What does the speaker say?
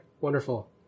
wonderful